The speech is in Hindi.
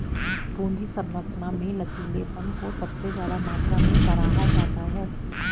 पूंजी संरचना में लचीलेपन को सबसे ज्यादा मात्रा में सराहा जाता है